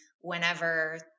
whenever